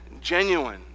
genuine